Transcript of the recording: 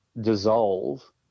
dissolve